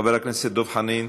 חבר הכנסת דב חנין,